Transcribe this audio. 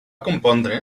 compondre